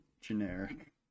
generic